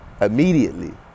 immediately